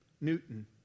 Newton